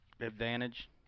Advantage